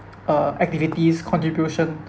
uh activities contribution